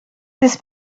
this